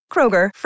Kroger